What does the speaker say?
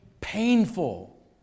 Painful